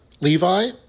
Levi